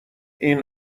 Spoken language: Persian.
این